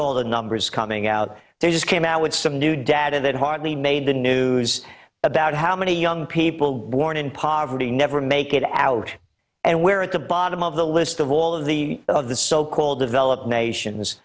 all the numbers coming out there just came out with some new data that hardly made the news about how many young people born in poverty never make it out and where at the bottom of the list of all of the of the so called developed nations